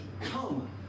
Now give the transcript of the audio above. come